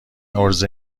عرضه